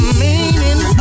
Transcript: meaning